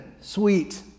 sweet